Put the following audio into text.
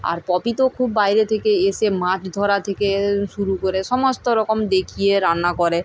আর পপি তো খুব বাইরে থেকে এসে মাছ ধরা থেকে শুরু করে সমস্ত রকম দেখিয়ে রান্না করে